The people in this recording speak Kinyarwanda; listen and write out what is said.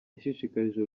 yashishikarije